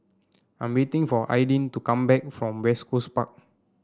I'm waiting for Aidyn to come back from West Coast Park